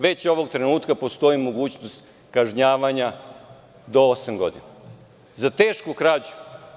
Već ovog trenutka postoji mogućnost kažnjavanja do osam godina za tešku krađu.